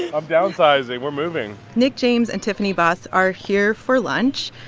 i'm downsizing. we're moving nick james and tiffany boss are here for lunch,